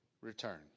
return